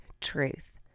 truth